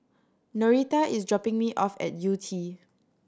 Norita is dropping me off at Yew Tee